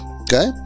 Okay